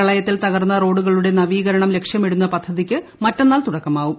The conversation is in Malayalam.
പ്രളയത്തിൽ തകർന്ന റോഡുകളുടെ നവീകരണം ലക്ഷ്യമിടുന്ന പദ്ധതിയ്ക്ക് മറ്റെന്നാൾ തുടക്കമാകും